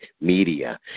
media